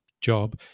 job